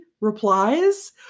replies